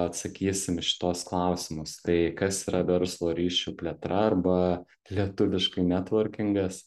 atsakysim į šituos klausimus tai kas yra verslo ryšių plėtra arba lietuviškai netvorkingas